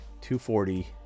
240